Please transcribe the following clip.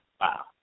Wow